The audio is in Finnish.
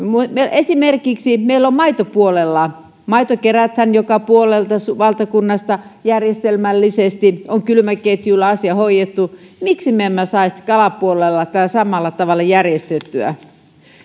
esimerkiksi maitopuolella meillä maito kerätään joka puolelta valtakunnasta järjestelmällisesti on kylmäketjuasia hoidettu miksi me emme saisi kalapuolella tätä samalla tavalla järjestettyä